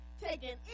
taking